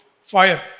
fire